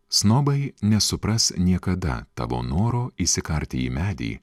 snobai nesupras niekada tavo noro įsikarti į medį